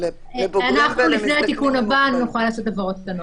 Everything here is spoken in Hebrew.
לבוגרים --- אנחנו לפני התיקון הבא נוכל לעשות הבהרות בנוסח.